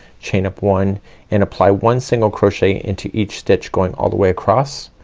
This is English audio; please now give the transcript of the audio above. chain up one and apply one single crochet into each stitch going all the way across.